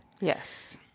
Yes